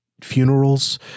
funerals